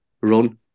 run